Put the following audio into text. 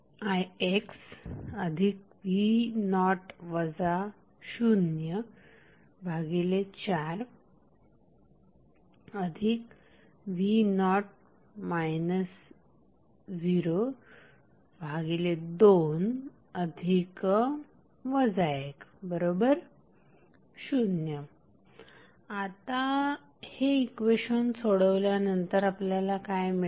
2ixv0 04v0 02 10 आता हे equation सोडवल्यानंतर आपल्याला काय मिळेल